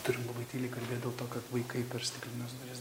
turim labai tyliai kalbėt dėl to kad vaikai per stiklines duris